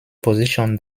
position